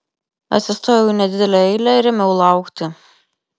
atsistojau į nedidelę eilę ir ėmiau laukti